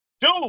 Dude